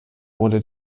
wurde